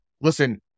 Listen